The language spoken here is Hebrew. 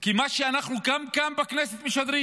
כי מה שאנחנו כאן בכנסת משדרים